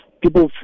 People